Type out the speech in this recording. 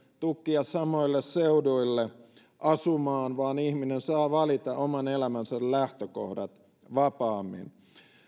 tukkia samoille seuduille asumaan vaan ihminen saa valita oman elämänsä lähtökohdat vapaammin